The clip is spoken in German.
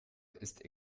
ist